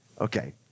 Okay